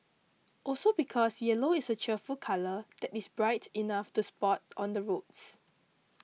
also because yellow is a cheerful colour that is bright enough to spot on the roads